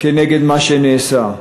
כנגד מה שנעשה.